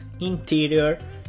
interior